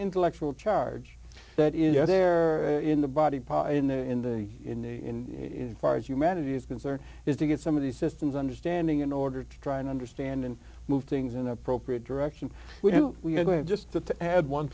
intellectual charge that is there in the body part in the in the in far as humanity is concerned is to get some of these systems understanding in order to try and understand and move things in appropriate direction we do we're going to just to add one